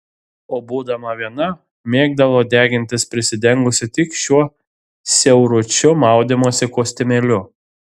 o būdama viena mėgdavo degintis prisidengusi tik šiuo siauručiu maudymosi kostiumėliu